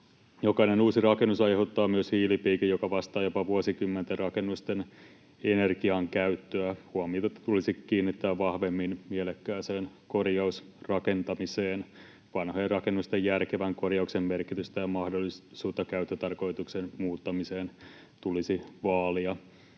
Jokainen uusi rakennus aiheuttaa myös hiilipiikin, joka vastaa jopa rakennusten vuosikymmenten energiankäyttöä. Huomiota tulisi kiinnittää vahvemmin mielekkääseen korjausrakentamiseen. Vanhojen rakennusten järkevän korjauksen merkitystä ja mahdollisuutta käyttötarkoituksen muuttamiseen tulisi vaalia.